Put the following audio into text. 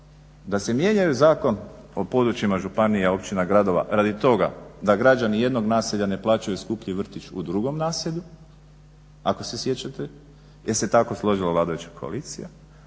da se mijenjaju Zakon o područjima županija, općina, gradova radi toga da građani jednog naselja ne plaćaju skupljiji vrtić u drugom naselju ako se sjećate jer se tako složila vladajuća koalicija